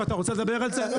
אתה רוצה לדבר על זה?